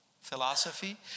philosophy